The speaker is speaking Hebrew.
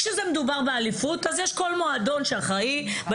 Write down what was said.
כשזה מדובר באליפות אז כל מועדון אחראי על